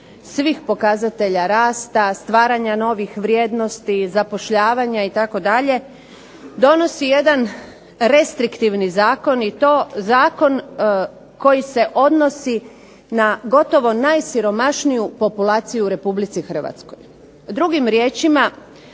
svih pokazatelja rasta, stvaranja novih vrijednosti, zapošljavanja itd., donosi jedan restriktivni zakon i to zakon koji se odnosi na gotovo najsiromašniju populaciju u RH. Drugim riječima,